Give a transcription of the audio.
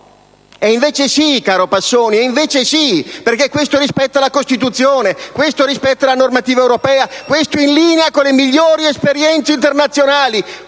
Invece sì, caro senatore Passoni, perché questo rispetta la Costituzione, la normativa europea, ed è in linea con le migliori esperienze internazionali.